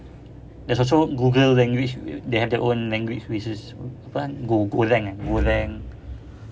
there's also google language they have their own language which is apa go golang eh golang